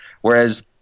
Whereas